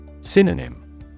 Synonym